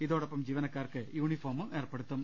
ഇതോടൊപ്പം ജീവനക്കാർക്ക് യൂണിഫോമും ഏർപ്പെടുത്തും